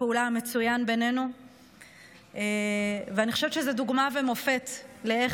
הפעולה המצוין בינינו ואני חושבת שזו דוגמה ומופת לאיך